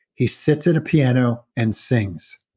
he sits in a piano and sings.